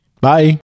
Bye